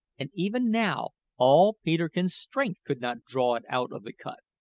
and even now all peterkin's strength could not draw it out of the cut.